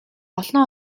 олон